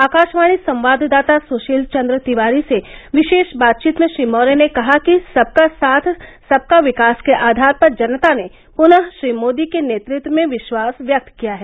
आकाषवाणी संवाददाता सुषील चन्द्र तिवारी से विषेश बातचीत में श्री मौर्य ने कहा कि सबका साथ सबका विकास के आधार पर जनता ने पुनः श्री मोदी के नेतृत्व में विष्वास व्यक्त किया है